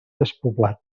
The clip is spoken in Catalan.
despoblat